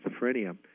schizophrenia